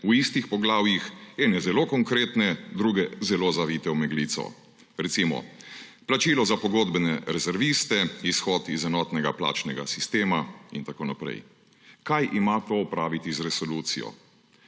v istih poglavjih, ene zelo konkretne, druge zelo zavite v meglico. Recimo, plačilo za pogodbene rezerviste, izhod iz enotnega plačnega sistema in tako naprej. Kaj ima to opraviti z resolucijo?